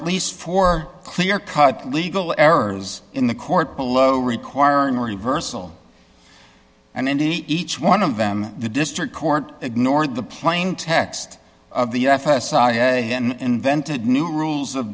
at least four clear cut legal errors in the court below requiring reversal and indeed each one of them the district court ignored the plain text of the fs and invented new rules of